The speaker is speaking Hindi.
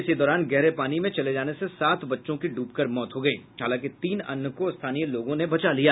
इसी दौरान गहरे पानी में चले जाने से सात बच्चों की डूबकर मौत हो गयी हालांकि तीन अन्य को स्थानीय लोगों ने बचा लिया